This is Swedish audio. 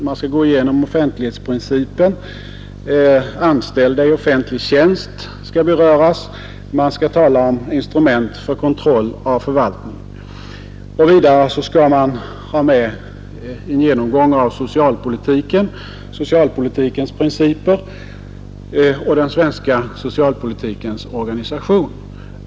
Man skall gå igenom offentlighetsprincipen. Ämnet anställda i offentlig tjänst skall beröras, liksom olika instrument för kontroll av förvaltningen. Dessutom skall man hinna med en genomgång av socialpolitik, socialpolitikens principer och den svenska socialpolitikens organisation.